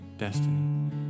destiny